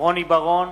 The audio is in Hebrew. רוני בר-און,